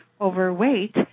overweight